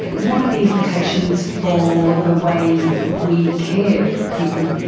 what are the implications for the way we care for people?